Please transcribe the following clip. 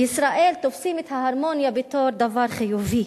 בישראל תופסים את ההרמוניה בתור דבר חיובי,